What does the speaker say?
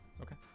Okay